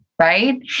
right